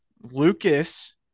Lucas